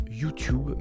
YouTube